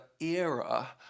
era